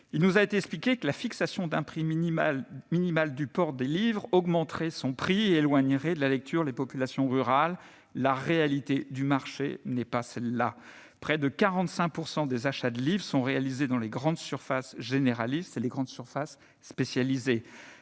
Il nous a été expliqué que la fixation d'un prix minimal du port des livres augmenterait son prix et éloignerait de la lecture les populations rurales. La réalité du marché du livre n'est pas celle-là. Près de 45 % des achats de livres sont réalisés dans les grandes surfaces généralistes et les grandes surfaces spécialisées.